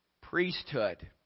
priesthood